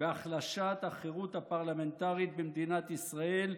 בהחלשת החירות הפרלמנטרית במדינת ישראל,